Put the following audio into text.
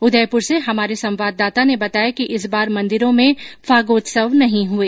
उदयपुर से हमारे संवाददाता ने बताया कि इस बार मंदिरों में फागोत्सव नहीं हुए